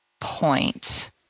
point